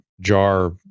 jar